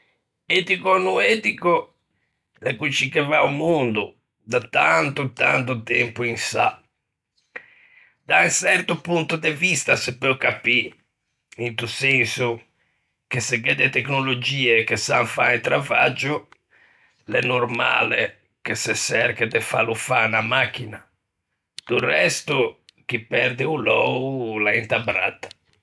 Etico ò no etico, l'é coscì che va o mondo da tanto tanto tempo in sà. Da un çerto ponto de vista se peu capî, into senso che se gh'é de tecnologie che san fâ un travaggio, l'é normale che se çrche de fâlo fâ à unna machina; do resto, chi perde o lou o l'é unta bratta.